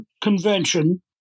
convention